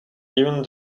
even